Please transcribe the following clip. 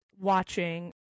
watching